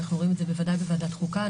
אנחנו רואים את זה בוודאי בוועדת החוקה,